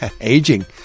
aging